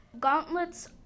gauntlets